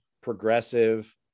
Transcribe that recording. progressive